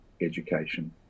education